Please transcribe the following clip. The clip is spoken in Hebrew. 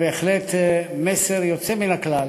בהחלט מסר יוצא מן הכלל,